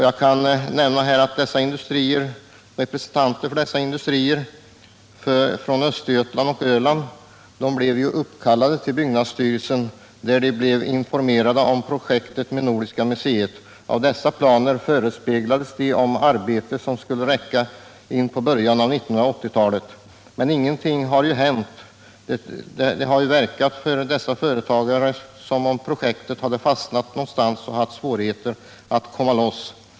Jag kan nämna att representanter för berörda stenindustriföretag i Östergötland och på Öland blivit uppkallade till byggnadsstyrelsen, där de informerades om projektet med Nordiska museet. Enligt dessa planer förespeglades de arbete som skulle räcka in på början av 1980-talet. Men ingenting har hänt. Det verkar som om projektet fastnat någonstans och haft svårigheter att komma loss.